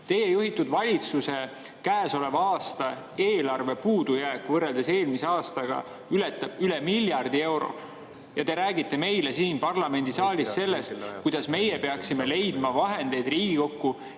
Teie juhitud valitsuse käesoleva aasta eelarve puudujääk võrreldes eelmise aastaga ületab miljardit eurot. Ja te räägite meile siin parlamendisaalis sellest, kuidas meie Riigikogus peaksime leidma vahendeid, et viia